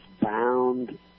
bound